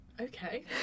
Okay